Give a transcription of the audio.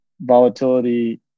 volatility